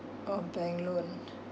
a bank loan